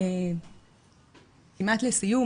לסיום,